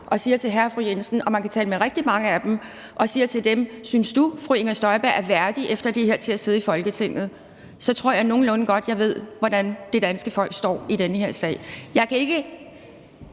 og spørger hr. og fru Jensen – og man kan tale med rigtig mange af dem – om de synes, at Inger Støjberg efter det her er værdig til at sidde i Folketinget, så tror jeg nogenlunde godt, jeg ved, hvordan det danske folk står i den her sag. Jeg kan ikke